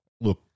Look